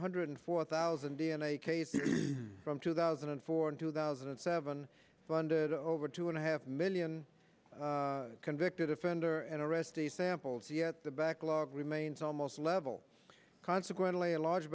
hundred four thousand d n a case from two thousand and four and two thousand and seven funded over two and a half million convicted offender and arrest the samples yet the backlog remains almost level consequently a large